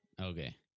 Okay